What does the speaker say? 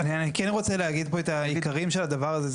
אני כן רוצה להגיד פה את העיקריים של הדבר הזה.